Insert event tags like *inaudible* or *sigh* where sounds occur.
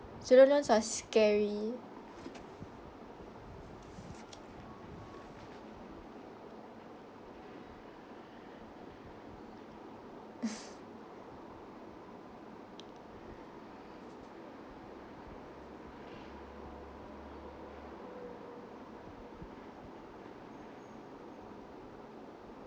student loans are scary *laughs*